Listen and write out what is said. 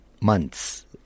months